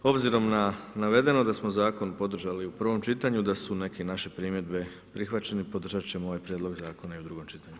Obzirom na navedeno da smo zakon podržali u prvom čitanju, da su neke naše primjedbe prihvaćene podržat ćemo ovaj prijedlog zakona i u drugom čitanju.